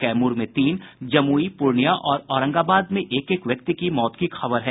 कैमूर में तीन जमुई पूर्णियां और औरंगाबाद में एक एक व्यक्ति की मौत की खबर है